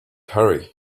hurry